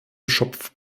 schopf